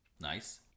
Nice